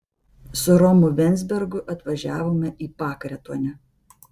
su romu venzbergu atvažiavome į pakretuonę